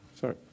Sorry